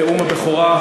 נאום הבכורה,